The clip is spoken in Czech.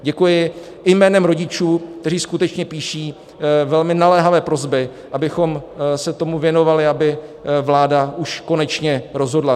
Děkuji i jménem rodičů, kteří skutečně píší velmi naléhavé prosby, abychom se tomu věnovali, aby vláda už konečně rozhodla.